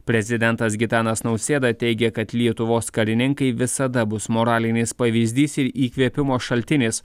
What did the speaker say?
prezidentas gitanas nausėda teigia kad lietuvos karininkai visada bus moralinis pavyzdys ir įkvėpimo šaltinis